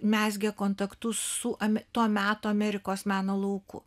mezgė kontaktus su ami to meto amerikos meno lauku